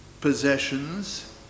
possessions